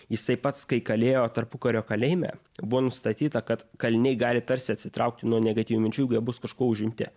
jisai pats kai kalėjo tarpukario kalėjime buvo nustatyta kad kaliniai gali tarsi atsitraukti nuo negatyvių minčių jeigu jie bus kažkuo užimti